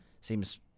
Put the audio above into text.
seems